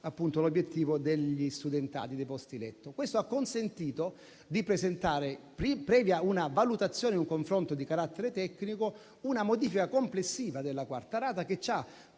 aggiunto l'obiettivo degli studentati e dei posti letto. Questo ha consentito di presentare, previ una valutazione e un confronto di carattere tecnico, una modifica complessiva della quarta rata che ci ha